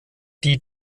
die